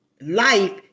Life